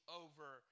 over